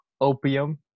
opium